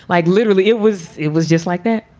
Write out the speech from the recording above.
like literally it was it was just like that.